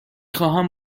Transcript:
خواهم